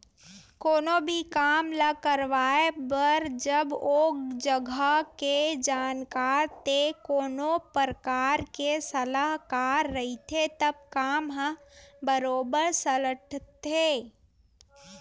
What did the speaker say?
कोनो भी काम ल करवाए बर जब ओ जघा के जानकार ते कोनो परकार के सलाहकार रहिथे तब काम ह बरोबर सलटथे